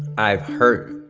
i've hurt